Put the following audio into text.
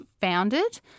founded